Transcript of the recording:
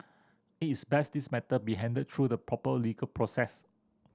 it is best this matter be handled through the proper legal process